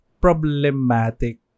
problematic